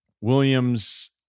Williams